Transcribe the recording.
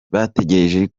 bategereje